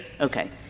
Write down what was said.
Okay